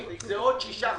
זה עוד שישה חודשים.